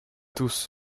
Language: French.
tous